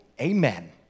Amen